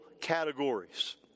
categories